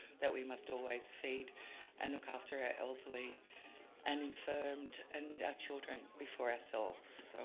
that we must always feed and look after our elderly and infirm, and and our children before ourselves. so